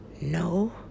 No